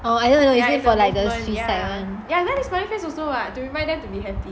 oh I know I know is it like the suicide one